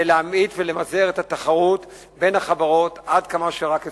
להמעיט ולמזער את התחרות בין החברות עד כמה שרק אפשר.